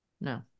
No